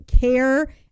care